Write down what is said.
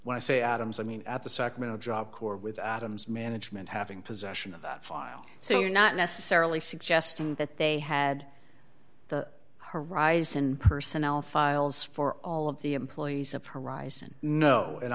when i say adams i mean at the sacramento job corps with adams management having possession of that file so you're not necessarily suggesting that they had the horizon personnel files for all of the employees of horizon no and